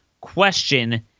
question